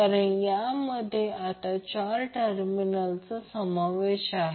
कारण यामध्ये आता चार टर्मिनल समावेश आहे